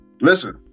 Listen